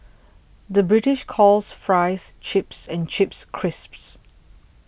the British calls Fries Chips and Chips Crisps